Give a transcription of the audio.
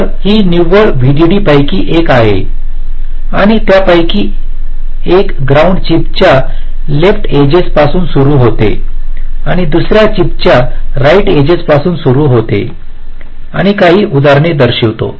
तर हि निव्वळ व्हीडीडींपैकी एक आहे आणि त्यापैकी एक ग्राउंड चिपच्या लेफ्ट एजेस पासून सुरू होते आणि दुसरा चिपच्या राइट एजेसपासून सुरू होतो आणि काही उदाहरणे दर्शवितो